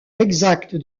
exacte